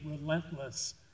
relentless